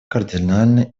кардинально